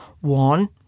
One